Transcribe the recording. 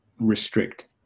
restrict –